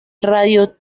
radio